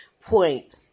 point